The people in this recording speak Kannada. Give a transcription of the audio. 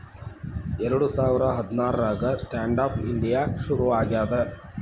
ಎರಡ ಸಾವಿರ ಹದ್ನಾರಾಗ ಸ್ಟ್ಯಾಂಡ್ ಆಪ್ ಇಂಡಿಯಾ ಶುರು ಆಗ್ಯಾದ